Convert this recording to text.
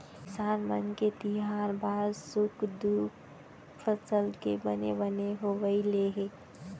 किसान मन के तिहार बार सुख दुख फसल के बने बने होवई ले हे